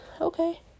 okay